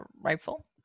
rifle